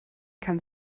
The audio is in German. kann